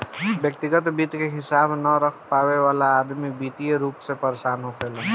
व्यग्तिगत वित्त के हिसाब न रख पावे वाला अदमी वित्तीय रूप से परेसान होखेलेन